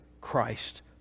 Christ